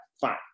Fine